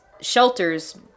shelters